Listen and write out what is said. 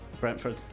Brentford